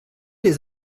les